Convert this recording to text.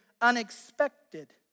unexpected